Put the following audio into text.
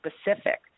specific